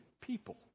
people